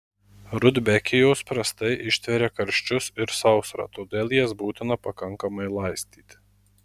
rudbekijos prastai ištveria karščius ir sausrą todėl jas būtina pakankamai laistyti